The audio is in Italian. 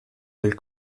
del